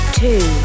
two